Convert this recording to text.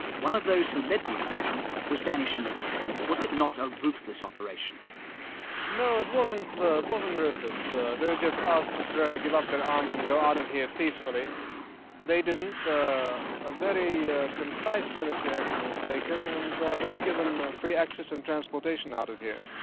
one of those who led the invasion was danny shamoon was it not a ruthless operation no, it wasn't it wasn't ruthless there just asked to give up their arms and go out of here peacefully they didn't a very concise military action was taken and but they were given free access and transportation out of here.